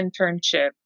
internship